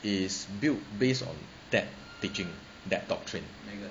is built based on that teaching that doctrine